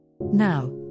Now